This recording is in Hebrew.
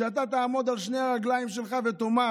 שתעמוד על שתי הרגליים שלך ותאמר: